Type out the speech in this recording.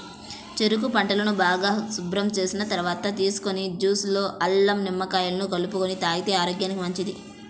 చెరుకు గడలను బాగా శుభ్రం చేసిన తర్వాత తీసిన జ్యూస్ లో అల్లం, నిమ్మకాయ కలుపుకొని తాగితే ఆరోగ్యానికి మంచిది